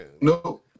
No